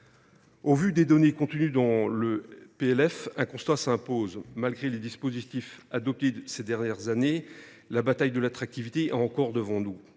Au vu des données contenues dans le PLF, un constat s’impose : malgré les dispositifs adoptés ces dernières années, la bataille de l’attractivité est encore devant nous.